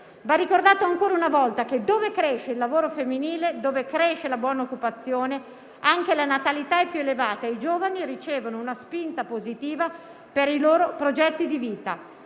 «Va ricordato, ancora una volta, che dove cresce il lavoro femminile, dove cresce la buona occupazione, anche la natalità è più elevata e i giovani ricevono una spinta positiva per i loro progetti di vita.